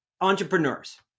entrepreneurs